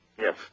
Yes